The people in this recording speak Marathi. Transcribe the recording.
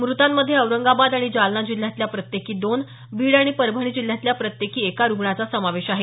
मृतांमध्ये औरंगाबाद आणि जालना जिल्ह्यातल्या दोन बीड आणि परभणी जिल्ह्यातल्या प्रत्येकी एका रुग्णाचा समावेश आहे